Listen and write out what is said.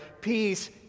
Peace